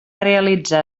realitzar